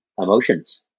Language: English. emotions